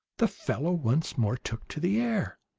the fellow once more took to the air.